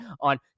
on